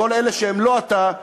כל אלה שהם לא אתה,